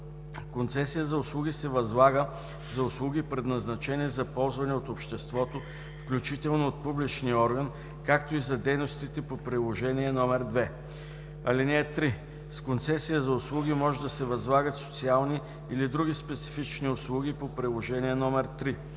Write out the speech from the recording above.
Концесия за услуги се възлага за услуги, предназначени за ползване от обществото, включително от публичния орган, както и за дейностите по приложение № 2. (3) С концесия за услуги може да се възлагат социални или други специфични услуги по приложение № 3.